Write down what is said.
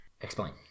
Explain